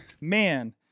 man